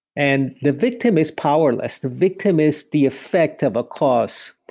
and the victim is powerless. the victim is the effect of a course.